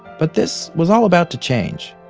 but this was all about to change.